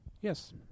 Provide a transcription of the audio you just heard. Yes